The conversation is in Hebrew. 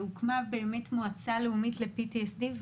הוקמה מועצה לאומית ל-PTSD,